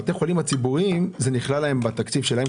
בבתי החולים הציבורים, זה נכלל להם בתקציב שלהם.